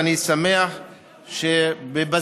ואני שמח שבבזק,